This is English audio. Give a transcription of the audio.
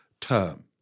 term